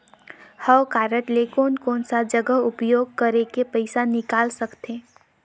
हव कारड ले कोन कोन सा जगह उपयोग करेके पइसा निकाल सकथे?